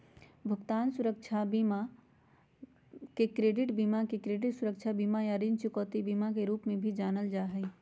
भुगतान सुरक्षा बीमा के क्रेडिट बीमा, क्रेडिट सुरक्षा बीमा, या ऋण चुकौती बीमा के रूप में भी जानल जा हई